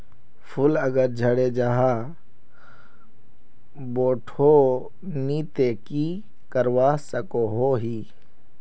फूल अगर झरे जहा बोठो नी ते की करवा सकोहो ही?